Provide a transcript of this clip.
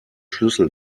schlüssel